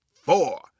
four